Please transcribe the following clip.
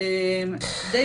די